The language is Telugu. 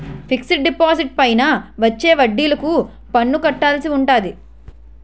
ఫిక్సడ్ డిపాజిట్లపైన వచ్చే వడ్డిలకు పన్ను కట్టవలసి ఉంటాది